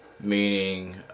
meaning